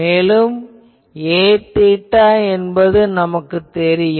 மேலும் நமக்கு Aθ என்பது தெரியும்